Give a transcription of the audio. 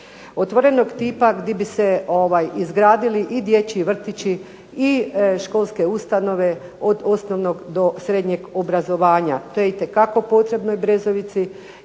Otvorenog tipa di bi se izgradili i dječji vrtići i školske ustanove od osnovnog do srednjeg obrazovanja. To je itekako potrebno Brezovici